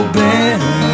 better